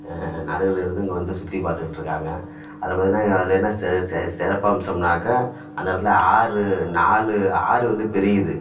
நாடுகளிலேருந்தும் இங்கே வந்து சுற்றிப் பார்த்துக்கிட்டு இருக்காங்க அதில் பார்த்தீங்கன்னா அதில் என்ன செ செ சிறப்பம்சம்னாக்கால் அந்த இடத்துல ஆறு நாலு ஆறு வந்து பிரியுது